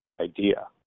idea